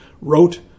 wrote